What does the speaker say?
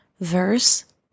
Verse